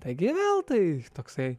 taigi vėl tai toksai